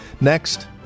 next